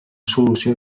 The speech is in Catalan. solució